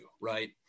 right